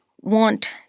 want